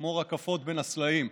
"כמו רקפות בין הסלעים",